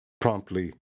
promptly